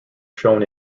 shown